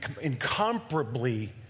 incomparably